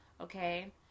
okay